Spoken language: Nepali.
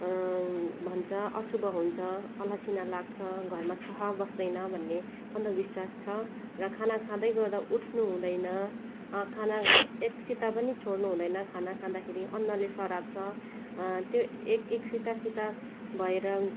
भन्छ अशुभ हुन्छ अलक्षिणा लाग्छ घरमा सह बस्दैन भन्ने अन्धविश्वास छ र खाना खाँदैगर्दा उठ्नु हुँदैन खानाको एक सिता पनि छोड्नु हुँदैन खाना खाँदाखेरि अन्नले सराप्छ त्यो एक एक सिता सिता भएर